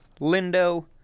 Lindo